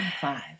five